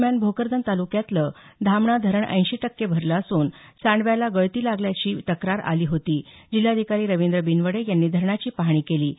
दरम्यान भोकरदन तालुक्यातलं धामणा धरण ऐंशी टक्के भरलं असून सांडव्याला गळती लागल्याची तक्रार आली होती जिल्हाधिकारी रवींद्र बिनवडे यांनी धरणाची पाहणी केली